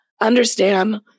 understand